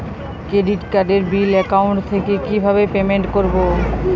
Credit কার্ডের bill account থেকে কিভাবে পেমেন্ট করবো?